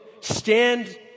stand